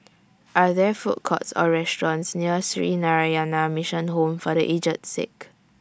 Are There Food Courts Or restaurants near Sree Narayana Mission Home For The Aged Sick